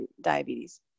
diabetes